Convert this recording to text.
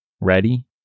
Ready